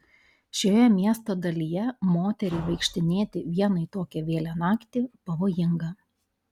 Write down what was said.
šioje miesto dalyje moteriai vaikštinėti vienai tokią vėlią naktį pavojinga